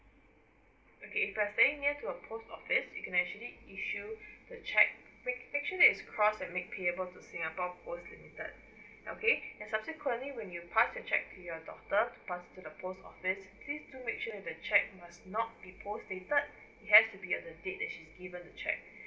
okay if you're staying near to a post office you can actually issue the cheque make make sure that is crossed and make payable to singapore post limited okay and subsequently when you pass the cheque to your daughter to pass to the post office please do make sure that the cheque must not be post dated it has to be at the date that she's given the cheque